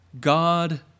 God